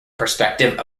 perspective